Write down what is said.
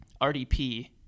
RDP